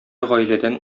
гаиләдән